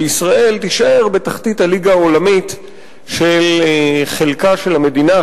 וישראל תישאר בתחתית הליגה העולמית בחלקה של המדינה,